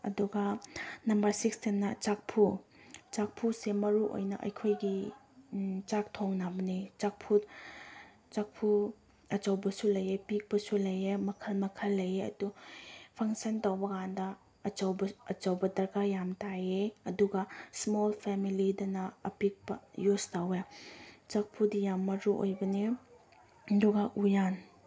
ꯑꯗꯨꯒ ꯅꯝꯕꯔ ꯁꯤꯛꯁꯇꯅ ꯆꯐꯨ ꯆꯐꯨꯁꯦ ꯃꯔꯨꯑꯣꯏꯅ ꯑꯩꯈꯣꯏꯒꯤ ꯆꯥꯛ ꯊꯣꯡꯅꯕꯅꯤ ꯆꯐꯨ ꯆꯐꯨ ꯑꯆꯧꯕꯁꯨ ꯂꯩꯌꯦ ꯑꯄꯤꯛꯄꯁꯨ ꯂꯩꯌꯦ ꯃꯈꯟ ꯃꯈꯟ ꯂꯩꯌꯦ ꯑꯗꯨ ꯐꯪꯁꯟ ꯇꯧꯕꯀꯥꯟꯗ ꯑꯆꯧꯕ ꯑꯆꯧꯕ ꯗꯔꯀꯥꯔ ꯌꯥꯝ ꯇꯥꯏꯌꯦ ꯑꯗꯨꯒ ꯏꯁꯃꯣꯜ ꯐꯦꯃꯤꯂꯤꯗꯅ ꯑꯄꯤꯛꯄ ꯌꯨꯁ ꯇꯧꯋꯦ ꯆꯐꯨꯗꯤ ꯌꯥꯝ ꯃꯔꯨꯑꯣꯏꯕꯅꯦ ꯑꯗꯨꯒ ꯎꯌꯥꯟ